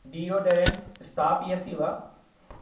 deodorants स्थापयसि वा